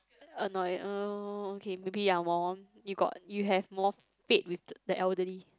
annoyed uh okay maybe ya more you got you have more fate with the elderly